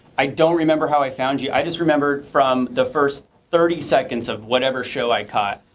i don't remember how i found you, i just remembered from the first thirty seconds of whatever show i caught,